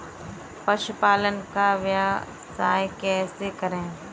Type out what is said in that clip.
पशुपालन का व्यवसाय कैसे करें?